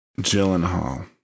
Gyllenhaal